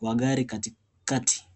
wa gari katikati.